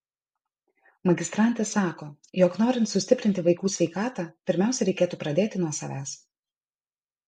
magistrantė sako jog norint sustiprinti vaikų sveikatą pirmiausia reikėtų pradėti nuo savęs